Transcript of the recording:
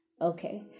Okay